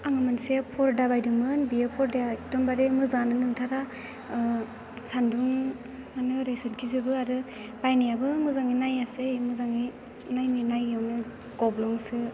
आङो मोनसे फरदा बायदोंमोन बियो फरदाया एखदमबारे मोजाङानो नंथारा सानदुं आनो ओरै सोरखिजोबो बायनायाबो मोजाङै नायासै मोजाङै नायो नायैयावनो गब्लं'सो